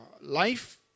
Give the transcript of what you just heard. life